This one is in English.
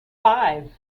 five